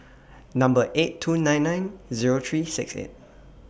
Number eight two nine nine Zero three six eight